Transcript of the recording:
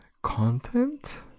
content